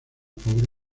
pobre